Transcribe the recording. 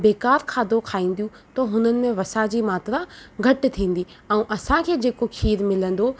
बेकार खाधो खाईंदियूं त हुननि में वसा जी मात्रा घटि थींदी ऐं असां खे जेको खीरु मिलंदो